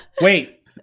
Wait